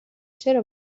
چرا